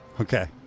Okay